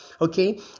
okay